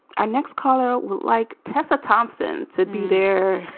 our next caller, like tessa thompson to be there,